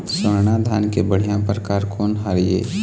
स्वर्णा धान के बढ़िया परकार कोन हर ये?